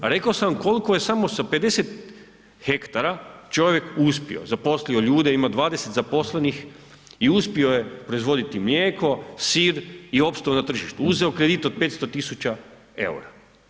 Rekao sam koliko je samo sa 50 hektara čovjek uspio, zaposlio ljude, ima 20 zaposlenih i uspio je proizvoditi mlijeko, sir i opstao na tržištu, uzeo kredit od 500.000 EUR-a.